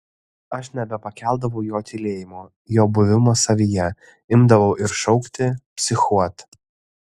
aš nebepakeldavau jo tylėjimo jo buvimo savyje imdavau ir šaukti psichuot